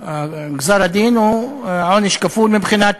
גזר-הדין הוא עונש כפול מבחינת